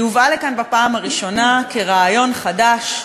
היא הובאה לכאן בפעם הראשונה כרעיון חדש,